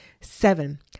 Seven